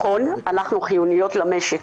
ונכון, הביטוח הלאומי איפשר לקחת את הכסף,